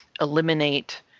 eliminate